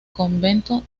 convento